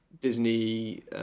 Disney